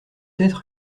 être